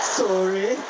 sorry